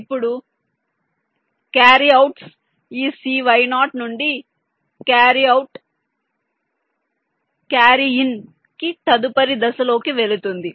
ఇప్పుడు carry outs ఈ CY0 నుండి క్యారీ అవుట్ క్యారీ ఇన్ కి తదుపరి దశలోకి వెళుతుంది